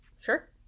sure